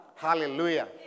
Hallelujah